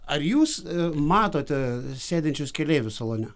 ar jūs matote sėdinčius keleivius salone